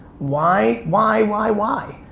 why, why, why, why?